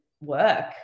work